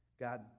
God